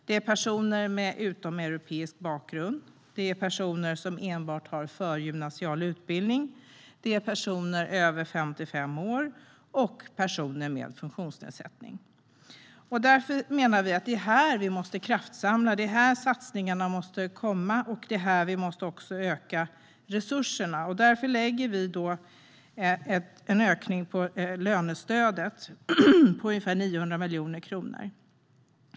Det är personer med utomeuropeisk bakgrund, personer som enbart har förgymnasial utbildning, personer över 55 år och personer med funktionsnedsättning. Vi menar att det är här vi måste kraftsamla, det är här satsningarna måste komma och det är här vi måste öka resurserna. Vi vill därför göra en ökning av lönestödet med ungefär 900 miljoner kronor.